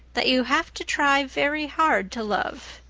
that you have to try very hard to love.